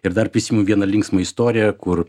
ir dar prisimenu vieną linksmą istoriją kur